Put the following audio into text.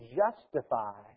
justify